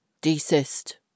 Desist